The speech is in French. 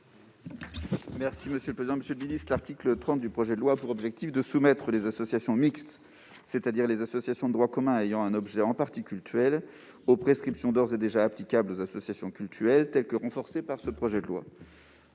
: La parole est à M. Jean-Yves Leconte. L'article 30 du projet de loi a pour objectif de soumettre les associations mixtes, c'est-à-dire les associations de droit commun ayant un objet en partie cultuel, aux prescriptions d'ores et déjà applicables aux associations cultuelles telles qu'elles sont renforcées par ce projet de loi.